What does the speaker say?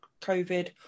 COVID